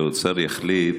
וכשהאוצר יחליט,